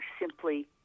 simply